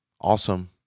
Awesome